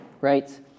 right